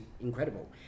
incredible